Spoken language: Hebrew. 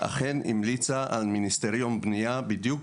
אכן המליצה על מיניסטריון בנייה בדיוק